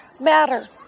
matter